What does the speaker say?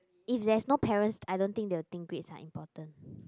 if there's no parents I don't think they will think grades are important